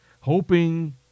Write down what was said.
hoping